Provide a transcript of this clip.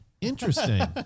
interesting